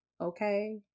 okay